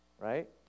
right